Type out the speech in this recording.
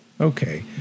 Okay